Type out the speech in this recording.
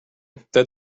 that